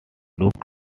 looked